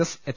A S H